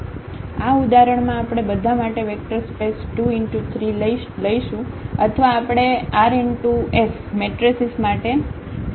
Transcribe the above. આ ઉદાહરણ માં આપણે બધા માટે વેક્ટર સ્પેસ 23 લઈશું અથવા આપણે r×s મેટ્રેસીસ માટે ચર્ચા કરીશું